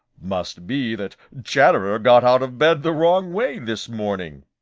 must be that chatterer got out of bed the wrong way this morning,